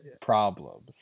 problems